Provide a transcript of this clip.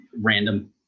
random